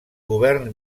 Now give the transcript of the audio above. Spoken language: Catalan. govern